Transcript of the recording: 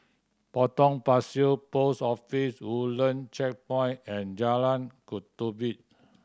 Potong Pasir Post Office Woodland Checkpoint and Jalan Ketumbit